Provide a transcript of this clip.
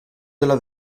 della